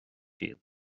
siad